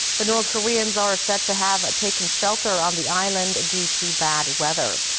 the north koreans are said to have taken shelter on the island due to bad weather.